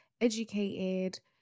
educated